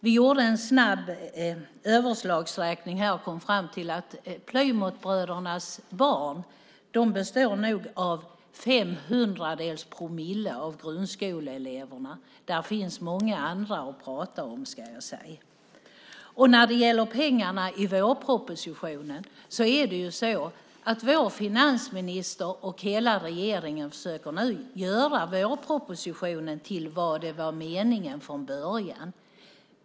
Vi gjorde en snabb överslagsräkning och kom fram till att Plymouthbrödernas barn omfattar fem hundradels promille av grundskoleeleverna. Där finns alltså många andra att prata om, vill jag säga. När det gäller pengarna i vårpropositionen är det så att vår finansminister och hela regeringen nu försöker göra vårpropositionen till vad som var meningen från början.